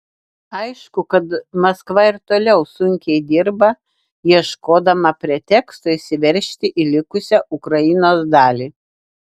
aišku kad maskva ir toliau sunkiai dirba ieškodama preteksto įsiveržti į likusią ukrainos dalį